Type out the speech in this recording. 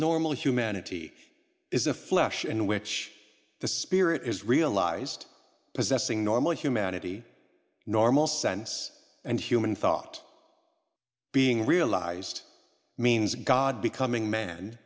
normal humanity is the flesh in which the spirit is realized possessing normal humanity normal sense and human thought being realized means god becoming man